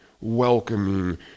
welcoming